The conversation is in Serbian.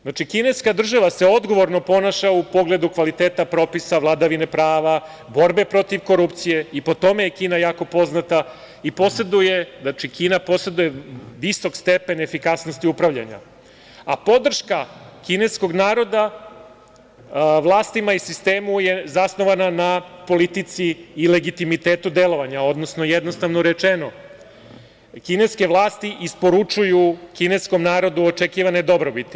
Znači, kineska država se odgovorno ponaša u pogledu kvaliteta propisa vladavine prava, borbe protiv korupcije i po tome je Kina jako poznata i poseduje, znači, Kina poseduje visok stepen efikasnosti upravljanja, a podrška kineskog naroda vlastima i sistemu je zasnovana na politici i legitimitetu delovanja, odnosno, jednostavno rečeno, kineske vlasti isporučuju kineskom narodu očekivane dobrobiti.